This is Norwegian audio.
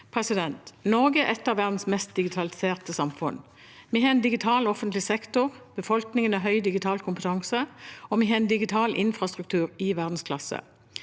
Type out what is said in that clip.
høring. Norge er et av verdens mest digitaliserte samfunn. Vi har en digital offentlig sektor, befolkningen har høy digital kompetanse, og vi har en digital infrastruktur i verdensklasse.